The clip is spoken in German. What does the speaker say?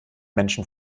menschen